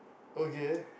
okay